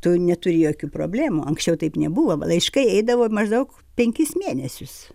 tu neturi jokių problemų anksčiau taip nebuvo laiškai eidavo maždaug penkis mėnesius